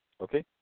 okay